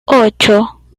ocho